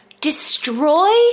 destroy